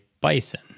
bison